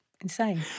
insane